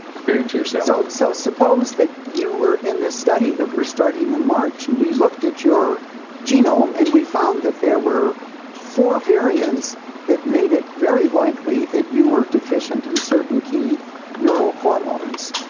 comparing it to yourself. so so suppose that you were in this study that we're starting in march, and we looked at your genome and we found that there were four variants that made it very likely that you were deficient in certain key neurohormones.